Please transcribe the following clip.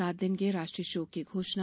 सात दिन के राष्ट्रीय शोक की घोषणा